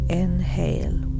inhale